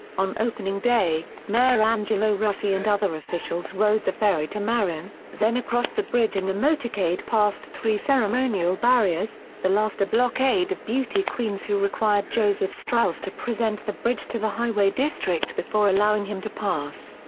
on opening day, mayor angelo rossi and other officials rode the ferry to marin, then crossed the bridge in a motorcade past three ceremonial barriers, the last a blockade of beauty queens who required joseph strauss to present the bridge to the highway district before allowing him to pass.